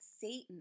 Satan